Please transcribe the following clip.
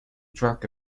drug